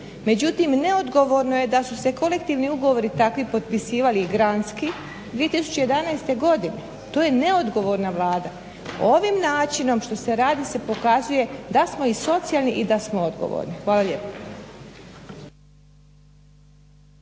međutim neodgovorno je da su se kolektivni ugovori takvi potpisivali i granski 2011. godine. To je neodgovorna Vlada. Ovim načinom što se radi se pokazuje da smo i socijalni i da smo odgovorni. Hvala lijepa.